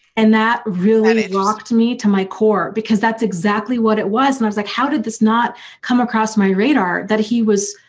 and that really walked me to my core because that's exactly what it was and i was like how did this not come across my radar that he was